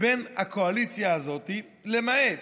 בקואליציה הזאת, למעט,